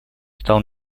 стало